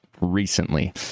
recently